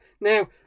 Now